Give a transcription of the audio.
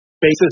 basis